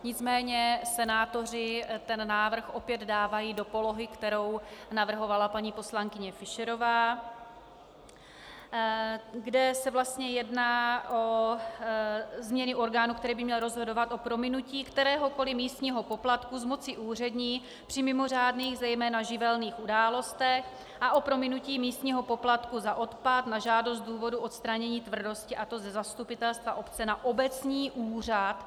Nicméně senátoři ten návrh opět dávají do polohy, kterou navrhovala paní poslankyně Fischerová, kde se vlastně jedná o změny orgánu, který by měl rozhodovat o prominutí kteréhokoli místního poplatku z moci úřední při mimořádných, zejména živelních událostech a o prominutí místního poplatku za odpad na žádost z důvodu odstranění tvrdosti, a to ze zastupitelstva obce na obecní úřad.